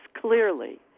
clearly